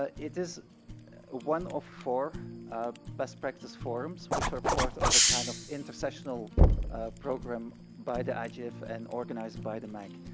ah it is one of four best practice forums which are part of a kind of intercessional program by the igf and organized by the mack.